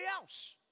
else